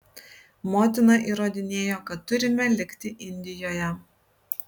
motina įrodinėjo kad turime likti indijoje